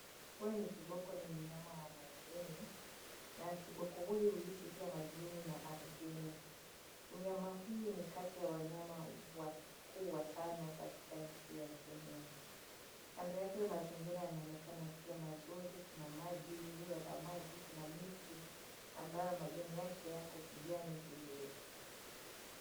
Huyu ni kiboko ni mnyama wa majini. Na kiboko huyu huishi pia majini na ardhini. Mnyama huyu ni kati ya wanyama wakuu watano katika nchi ya Kenya. Kando yake mazingira yanaonekana yakiwa mazuri, kuna maji, ziwa la maji, kuna miti ambayo majani yake yako kijani vizuri.